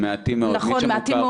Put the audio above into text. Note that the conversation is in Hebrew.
מעטים מאוד.